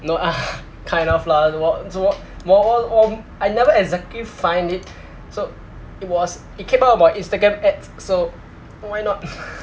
no ah kind of lah 我作我我我 I never exactly find it so it was it came out from a instagram ad so why not